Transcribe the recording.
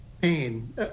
pain